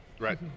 Right